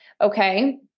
okay